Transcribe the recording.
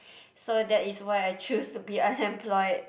so that is why I choose to be unemployed